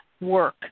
work